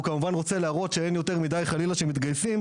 הוא כמובן רוצה להראות שאין חלילה אחוז גבוה של מתגייסים,